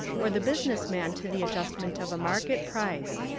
or the business man to the adjustment of a market price.